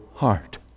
heart